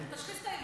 יש לך עוד